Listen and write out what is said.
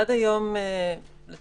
עד היום לדוגמה,